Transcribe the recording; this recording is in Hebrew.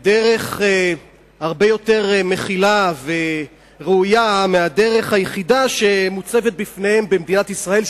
בדרך הרבה יותר מכילה וראויה מהדרך היחידה שמוצבת לפניהם במדינת ישראל,